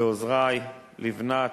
לעוזרי, לבנת,